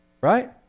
Right